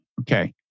Okay